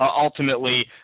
ultimately